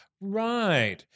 Right